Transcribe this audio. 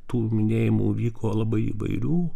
tų minėjimų vyko labai įvairių